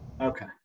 Okay